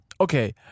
Okay